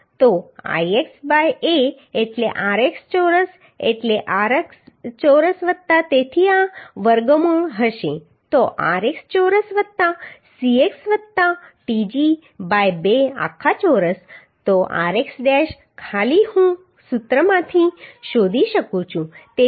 તો rx dash ખાલી હું આ સૂત્રમાંથી શોધી શકું છું